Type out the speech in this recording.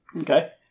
Okay